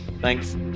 thanks